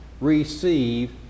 Receive